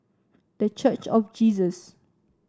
The Church of Jesus